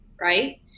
right